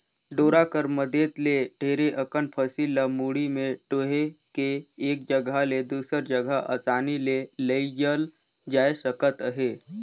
डोरा कर मदेत ले ढेरे अकन फसिल ल मुड़ी मे डोएह के एक जगहा ले दूसर जगहा असानी ले लेइजल जाए सकत अहे